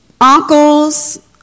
Uncles